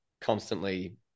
constantly